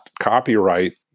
copyright